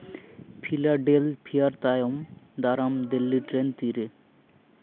Philadelphia ᱛᱟᱭᱚᱢ ᱫᱟᱨᱟᱢ Delhi train ᱛᱤᱨᱮ